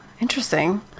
interesting